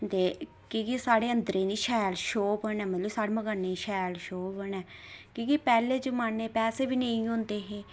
ते की के साढ़े अंदरै दी शैल शो बनै मतलब कि मकानै दी शैल शो बनै की के पैह्ले जमानै पैसे बी नेईं होंदे हे